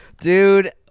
dude